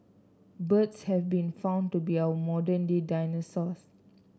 birds have been found to be our modern day dinosaurs